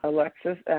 Alexis